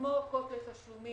כמו אורכות לתשלומים.